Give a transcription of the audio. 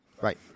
Right